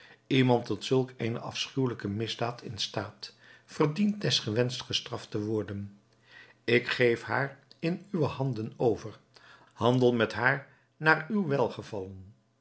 iemand tot zulk eene afschuwelijke misdaad in staat verdient deswegens gestraft te worden ik geef haar in uwe handen over handel met haar naar uw